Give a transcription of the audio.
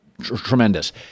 tremendous